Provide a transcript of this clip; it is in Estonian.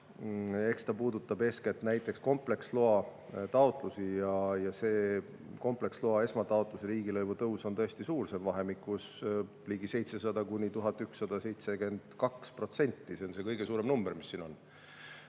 eks ta puudutab eeskätt näiteks kompleksloa taotlusi, ja see kompleksloa esmataotluse riigilõivu tõus on tõesti suur. See on vahemikus ligi 700–1172%, see on see kõige suurem number, mis siin on.